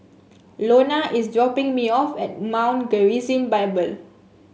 Lonna is dropping me off at Mount Gerizim Bible